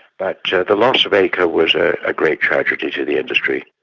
but the loss of acre was a ah great tragedy to the industry.